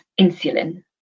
insulin